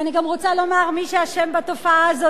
ואני גם רוצה לומר מי אשם בתופעה הזאת.